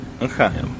Okay